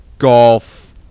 Golf